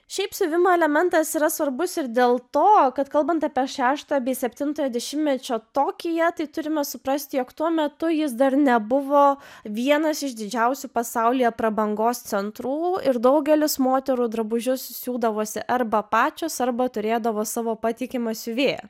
šiaip siuvimo elementas yra svarbus ir dėl to kad kalbant apie šešto bei septintojo dešimtmečio tokiją tai turime suprasti jog tuo metu jis dar nebuvo vienas iš didžiausių pasaulyje prabangos centrų ir daugelis moterų drabužius siūdavosi arba pačios arba turėdavo savo patikimą siuvėją